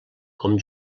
com